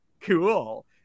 Cool